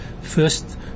First